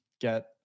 get